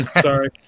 Sorry